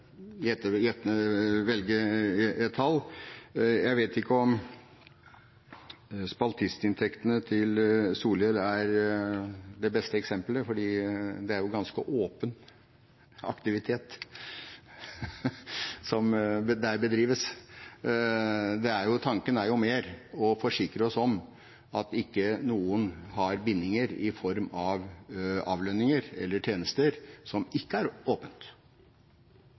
et tall. Jeg vet ikke om spaltistinntektene til Solhjell er det beste eksemplet, for det er en ganske åpen aktivitet som der bedrives. Tanken er mer å forsikre oss om at ikke noen har bindinger i form av avlønninger eller tjenester som det ikke er